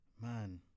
man